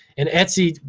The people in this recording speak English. and etsy,